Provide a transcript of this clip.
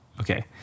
okay